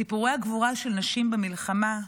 סיפורי הגבורה של נשים במלחמה,